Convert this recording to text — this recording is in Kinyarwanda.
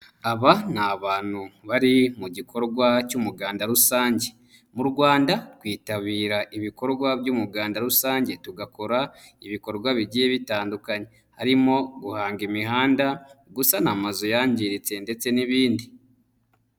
Aba ni abantu bari mu gikorwa cy'umuganda rusange. Mu Rwanda twitabira ibikorwa by'umuganda rusange tugakora ibikorwa bigiye bitandukanye, harimo guhanga imihanda, gusana amazu yangiritse ndetse n'ibindi.